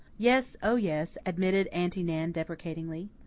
yes, oh, yes, admitted aunty nan deprecatingly.